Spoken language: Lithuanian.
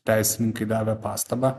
teisininkai davė pastabą